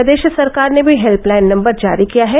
प्रदेश सरकार ने भी हेल्पलाइन नम्बर जारी किया है